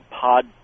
pod